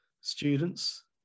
students